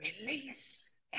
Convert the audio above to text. release